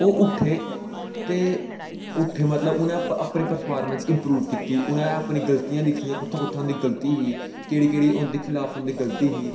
ओह् उट्ठे ते उट्ठे मतलब उ'नें अपनी प्रफांरमेंस इंप्रूव कीती मतलब उ'नें अपनी गलतियां दिक्खियां कु'त्थें कु'त्थें उं'दी गल्ती ही केह्ड़ी केह्ड़ी हून दिक्खी लैओ उं'दी गल्ती ही